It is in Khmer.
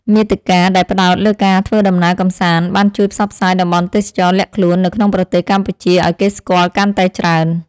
មាតិកាដែលផ្ដោតលើការធ្វើដំណើរកម្សាន្តបានជួយផ្សព្វផ្សាយតំបន់ទេសចរណ៍លាក់ខ្លួននៅក្នុងប្រទេសកម្ពុជាឱ្យគេស្គាល់កាន់តែច្រើន។